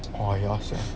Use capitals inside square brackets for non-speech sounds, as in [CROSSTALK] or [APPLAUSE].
[NOISE]